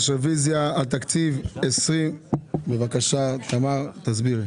רוויזיה על תקציב 2023. בבקשה תמר תסבירי.